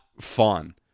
fun